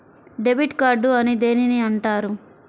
Debit card అని దేనిని అంటారు?